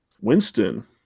Winston